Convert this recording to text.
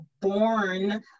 born